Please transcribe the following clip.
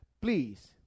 Please